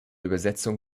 übersetzung